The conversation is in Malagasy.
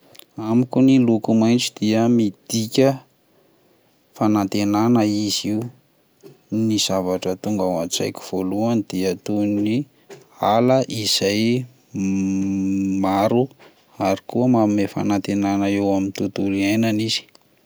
Amiko ny loko maintso dia midika fanantenana izy io, ny zavatra tonga ao an-tsaiko voalohany dia toy ny ala izay maro ary koa manome fanantenana eo amin'ny tontolo iainana izy.